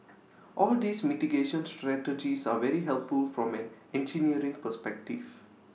all these mitigation strategies are very helpful from an engineering perspective